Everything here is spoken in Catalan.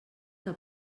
que